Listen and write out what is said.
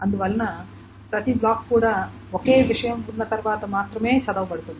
అందువల్ల ప్రతి బ్లాక్ కూడా ఒకే విషయం ఉన్న తర్వాత మాత్రమే చదవబడుతుంది